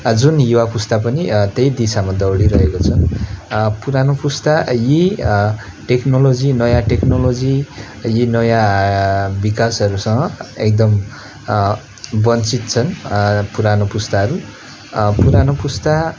जुन युवा पुस्ता पनि त्यही दिशामा दौडिरहेको छ पुरानो पुस्ता यी टेक्नोलोजी नयाँ टेक्नोलोजी यी नयाँ विकासहरूसँग एकदम वञ्चित छन् पुरानो पुस्ताहरू पुरानो पुस्ता